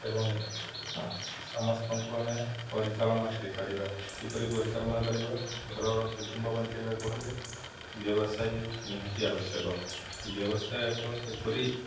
ଏବଂ ସମସ୍ତଙ୍କୁ ଆମେ ପରିଚାଳନା କରିପାରିବା କିପରି ପରିଚାଳନା କରିବା ଘରର କୁଟୁମ୍ବ ବାଞ୍ଚେଇବାକୁ ହେଲେ ବ୍ୟବସାୟ ନିହାତି ଆବଶ୍ୟକ ବ୍ୟବସାୟ ଏକ କିପରି